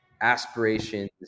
aspirations